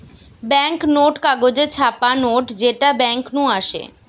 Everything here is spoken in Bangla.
বেঙ্ক নোট কাগজে ছাপা নোট যেটা বেঙ্ক নু আসে